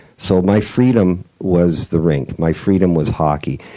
so my freedom was the rink. my freedom was hockey,